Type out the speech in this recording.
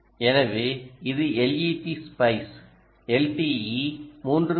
எனவே இது LTEspice LTE3